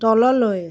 তললৈ